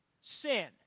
Sin